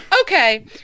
Okay